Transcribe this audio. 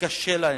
וקשה להם.